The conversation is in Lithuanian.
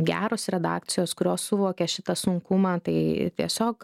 geros redakcijos kurios suvokia šitą sunkumą tai tiesiog